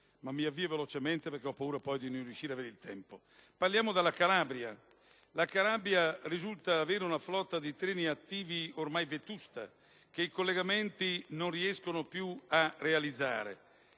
Parliamo della Calabria, che risulta avere una flotta di treni attivi ormai vetusta, che i collegamenti non si riescono più a realizzare.